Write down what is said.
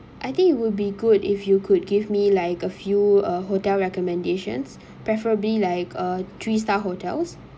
I think it will be good if you could give me like a few uh hotel recommendations preferably like uh three star hotels